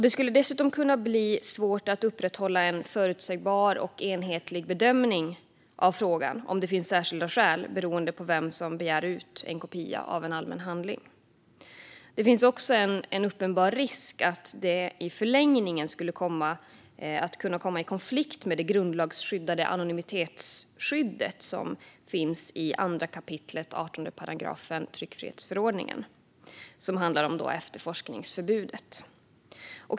Det skulle dessutom kunna bli svårt att upprätthålla en förutsägbar och enhetlig bedömning av frågan om det finns särskilda skäl beroende på vem som begär ut en kopia av en allmän handling. Det finns också en uppenbar risk att detta i förlängningen skulle kunna komma i konflikt med det grundlagsskyddade anonymitetsskyddet som finns i 2 kap. 18 § tryckfrihetsförordningen och som handlar om efterforskningsförbudet.